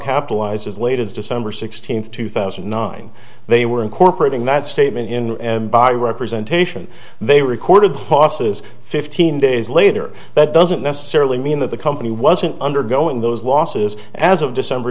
capitalized as late as december sixteenth two thousand and nine they were incorporating that statement in and by representation they recorded hawses fifteen days later that doesn't necessarily mean that the company wasn't undergoing those losses as of december